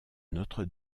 notre